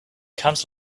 comes